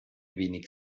wenig